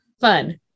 Fun